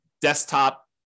desktop